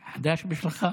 בשבילך?